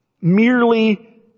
merely